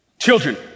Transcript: Children